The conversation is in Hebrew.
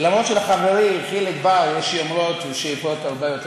למרות שלחברי חיליק בר יש יומרות ושאיפות הרבה יותר